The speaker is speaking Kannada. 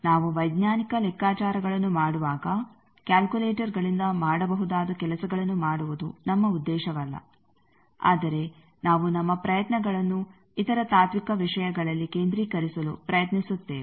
ನಾವು ವೈಜ್ಞಾನಿಕ ಲೆಕ್ಕಾಚಾರಗಳನ್ನು ಮಾಡುವಾಗ ಕಾಲ್ಕುಲೇಟರ್ಗಳಿಂದ ಮಾಡಬಹುದಾದ ಕೆಲಸಗಳನ್ನು ಮಾಡುವುದು ನಮ್ಮ ಉದ್ದೇಶವಲ್ಲ ಆದರೆ ನಾವು ನಮ್ಮ ಪ್ರಯತ್ನಗಳನ್ನು ಇತರ ತಾತ್ವಿಕ ವಿಷಯಗಳಲ್ಲಿ ಕೇಂದ್ರೀಕರಿಸಲು ಪ್ರಯತ್ನಿಸುತ್ತೇವೆ